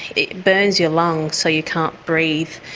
it burns your lungs so you can't breathe.